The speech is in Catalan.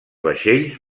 vaixells